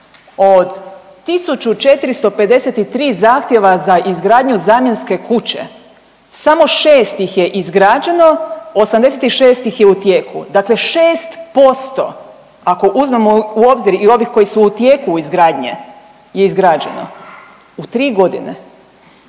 Od 1453 zahtjeva za izgradnju zamjenske kuće samo šest ih je izgrađeno, 86 ih je u tijeku, dakle 6% ako uzmemo u obzir i ove koje su u tijeku izgradnje je izgrađeno u tri godine.